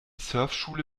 surfschule